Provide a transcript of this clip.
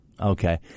Okay